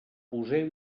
poseu